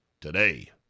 today